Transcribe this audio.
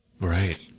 Right